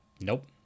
Nope